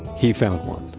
he found one.